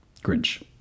Grinch